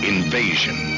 Invasion